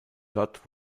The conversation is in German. dort